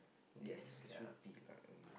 ya should be lah